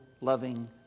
loving